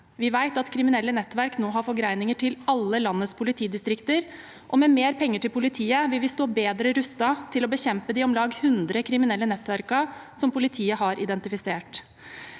Vi vet at kriminelle nettverk nå har forgreininger til alle lan dets politidistrikter, og med mer penger til politiet vil vi stå bedre rustet til å bekjempe de om lag 100 kriminelle nettverkene som politiet har identifisert.